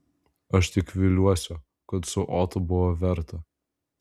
aš tik viliuosi kad su otu buvo verta